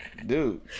Dude